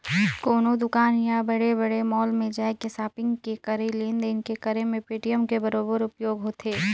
कोनो दुकान या बड़े बड़े मॉल में जायके सापिग के करई लेन देन के करे मे पेटीएम के बरोबर उपयोग होथे